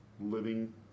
living